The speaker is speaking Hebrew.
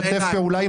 נפלה.